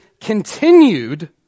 continued